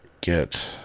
get